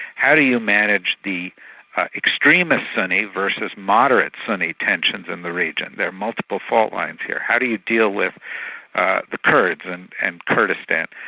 how do you manage the extremist sunni versus moderate sunni tensions in the region? there are multiple fault lines here. how do you deal with the kurds and and kurdistan?